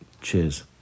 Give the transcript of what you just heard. Cheers